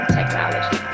technology